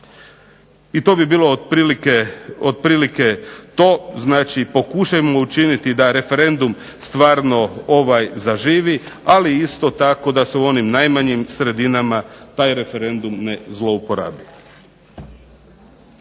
I to bi bilo otprilike to. Znači, pokušajmo učiniti da referendum stvarno ovaj zaživi, ali isto tako da se u onim najmanjim sredinama taj referendum ne zlouporabi.